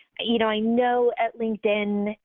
you know i know at linkedin,